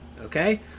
Okay